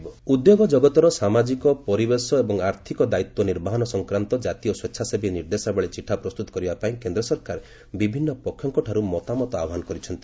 corporate draft ଉଦ୍ୟୋଗ ଜଗତର ସାମାଜିକ ପରିବେଶ ଏବଂ ଆର୍ଥିକ ଦାୟିତ୍ୱ ନିର୍ବାହନ ସଂକ୍ରାନ୍ତ ଜାତୀୟ ସ୍ପଚ୍ଛାସେବୀ ନିର୍ଦ୍ଦେଶାବଳୀ ଚିଠା ପ୍ରସ୍ତୁତ କରିବା ପାଇଁ କେନ୍ଦ୍ର ସରକାର ବିଭିନ୍ନ ପକ୍ଷଙ୍କଠାରୁ ମତାମତ ଆହ୍ୱାନ କରିଛନ୍ତି